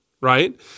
Right